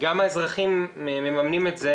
גם האזרחים מממנים את זה,